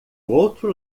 outro